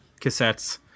cassettes